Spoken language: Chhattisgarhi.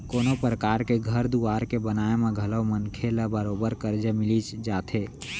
कोनों परकार के घर दुवार के बनाए म घलौ मनखे ल बरोबर करजा मिलिच जाथे